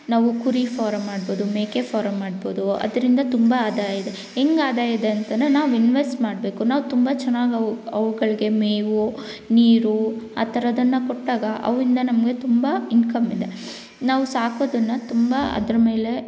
ನಾವು ಕುರಿ ಫಾರಮ್ ಮಾಡ್ಬೋದು ಮೇಕೆ ಫಾರಮ್ ಮಾಡ್ಬೋದು ಅದರಿಂದ ತುಂಬ ಆದಾಯ ಇದೆ ಹೆಂಗ್ ಆದಾಯ ಇದೆ ಅಂತ ನಾವು ಇನ್ವೆಸ್ಟ್ ಮಾಡಬೇಕು ನಾವು ತುಂಬ ಚೆನ್ನಾಗ್ ಅವು ಅವುಗಳಿಗೆ ಮೇವು ನೀರು ಆ ಥರದನ್ನ ಕೊಟ್ಟಾಗ ಅವಿಂದ ನಮಗೆ ತುಂಬ ಇನ್ಕಮ್ ಇದೆ ನಾವು ಸಾಕೊದನ್ನ ತುಂಬ ಅದರ ಮೇಲೆ